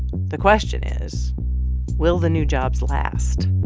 the question is will the new jobs last?